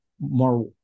more